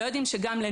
לא יודעים למשל,